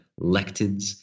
lectins